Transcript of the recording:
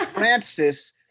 Francis